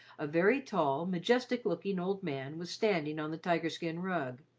a very tall, majestic-looking old man was standing on the tiger-skin rug.